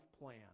plan